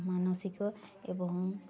ମାନସିକ ଏବଂ